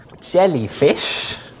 jellyfish